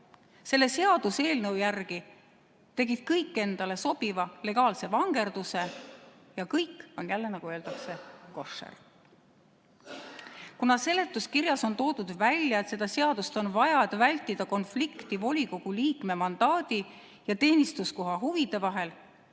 Selle seaduseelnõu järgi tegid kõik endale sobiva legaalse vangerduse ja kõik on jälle, nagu öeldakse, koššer. Kuna seletuskirjas on toodud välja, et seda seadust on vaja, et vältida konflikti volikogu liikme mandaadi ja teenistuskoha huvide vahel,